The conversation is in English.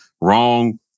wrong